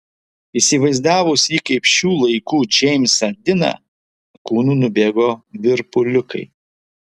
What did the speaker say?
įsivaizdavus jį kaip šių laikų džeimsą diną kūnu nubėgo virpuliukai